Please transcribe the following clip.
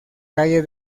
calle